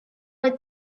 were